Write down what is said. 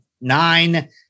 nine